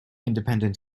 independent